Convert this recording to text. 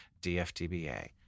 DFTBA